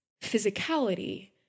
physicality